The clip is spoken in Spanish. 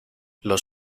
los